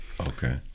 Okay